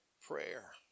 prayer